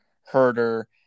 Herder